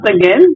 again